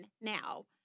now